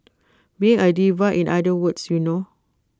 being A diva in other words you know